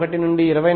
1 నుండి 24